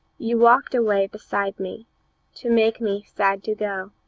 you walked a way beside me to make me sad to go.